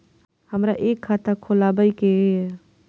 हमरा एक खाता खोलाबई के ये?